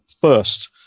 first